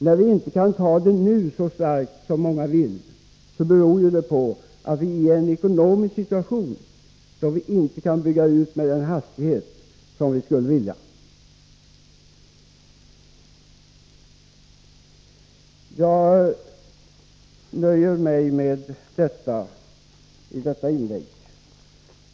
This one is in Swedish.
Att vi inte nu kan genomföra en så kraftig utbyggnad som många vill, beror ju på att vi är i en ekonomisk situation där detta inte är möjligt. Jag nöjer mig med det här i detta inlägg.